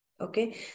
Okay